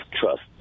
trust